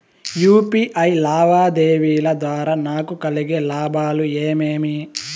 UPI లావాదేవీల ద్వారా నాకు కలిగే లాభాలు ఏమేమీ?